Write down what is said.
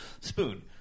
Spoon